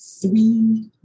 Three